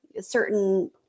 certain